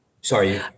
sorry